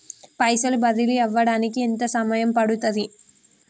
పైసలు బదిలీ అవడానికి ఎంత సమయం పడుతది?